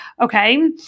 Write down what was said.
Okay